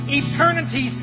eternity